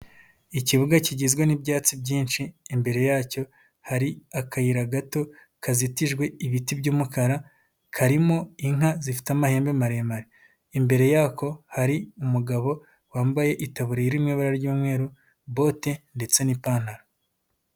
Ikibuga kigizwe n'ibyatsi byinshi imbere yacyo hari akayira gato kazitijwe ibiti by'umukara karimo, inka zifite amahembe maremare imbere yako hari umugabo wambaye itaburiya irimo ibara ry'umweru bote ndetse n'ipantaro.